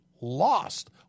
lost